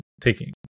taking